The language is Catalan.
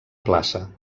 plaça